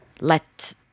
let